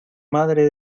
madre